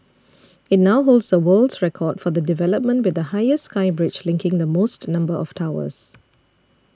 it now holds the world's record for the development with the highest sky bridge linking the most number of towers